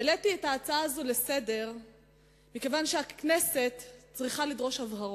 העליתי את ההצעה הזאת לסדר-היום מכיוון שהכנסת צריכה לדרוש הבהרות.